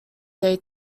day